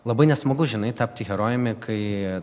labai nesmagu žinai tapti herojumi kai